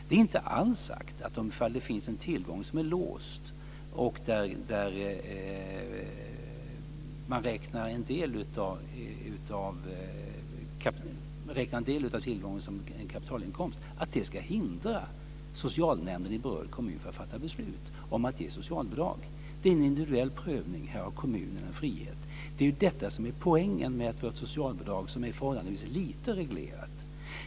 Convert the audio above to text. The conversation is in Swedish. Det är inte alls sagt att socialnämnden i berörd kommun i de fall där det finns en tillgång som är låst och där man räknar en del av tillgången som en kapitalinkomst ska hindras att fatta beslut om att ge socialbidrag. Det är en individuell prövning. Här har kommunen en frihet. Det är ju detta som är poängen med att vi har ett socialbidrag som är förhållandevis lite reglerat.